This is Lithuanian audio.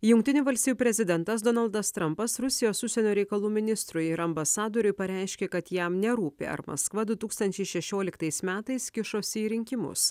jungtinių valstijų prezidentas donaldas trampas rusijos užsienio reikalų ministrui ir ambasadoriui pareiškė kad jam nerūpi ar maskva du tūkstančiai šešioliktais metais kišosi į rinkimus